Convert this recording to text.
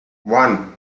one